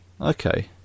okay